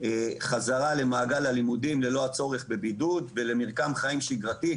חזרה למעגל הלימודים ללא הצורך בבידוד ולמרקם חיים שגרתי,